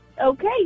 Okay